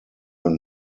und